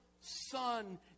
Son